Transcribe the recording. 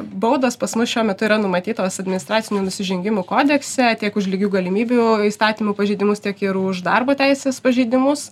baudos pas mus šiuo metu yra numatytos administracinių nusižengimų kodekse tiek už lygių galimybių įstatymų pažeidimus tiek ir už darbo teisės pažeidimus